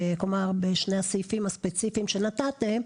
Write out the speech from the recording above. כלומר בשני הסעיפים הספציפיים שנתתם,